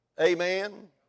Amen